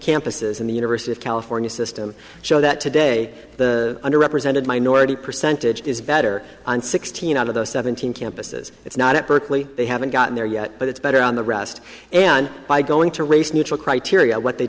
campuses in the university of california system show that today the under represented minority percentage is better and sixteen out of the seventeen campuses it's not at berkeley they haven't gotten there yet but it's better on the rest and by going to race neutral criteria what they